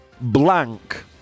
blank